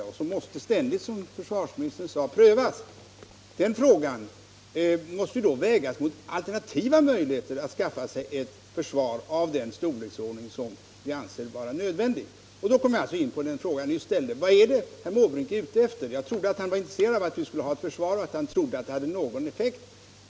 Kostnaderna — vilka ständigt, som försvarsministern sade, måste prövas — måste då vägas mot alternativa möjligheter att skaffa sig ett försvar av den storleksordning som vi anser vara nödvändig. Därmed kommer jag in på den fråga herr Måbrink ställt. Vad är det herr Måbrink är ute efter? Jag trodde att han var intresserad av att vi skulle ha ett försvar och att han ansåg att det hade effekt.